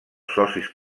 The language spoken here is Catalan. socis